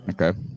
Okay